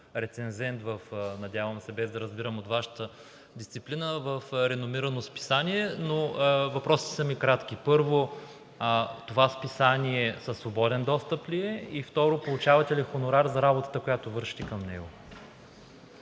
са ми кратки. Първо, това списание със свободен достъп ли е? И второ, получавате ли хонорар за работата, която вършите към него?